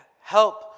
help